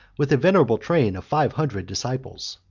with a venerable train of five hundred disciples.